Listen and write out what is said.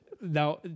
Now